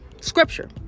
scripture